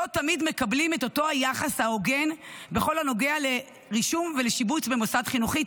תמיד מקבלים את אותו יחס הוגן בכל הנוגע לרישום ולשיבוץ במוסד חינוכי.